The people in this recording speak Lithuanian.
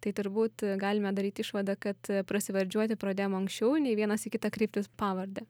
tai turbūt galime daryt išvadą kad prasivardžiuoti pradėjom anksčiau nei vienas į kitą kreiptis pavarde